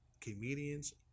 comedians